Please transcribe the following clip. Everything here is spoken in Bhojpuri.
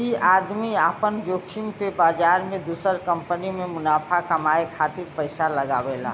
ई आदमी आपन जोखिम पे बाजार मे दुसर कंपनी मे मुनाफा कमाए खातिर पइसा लगावेला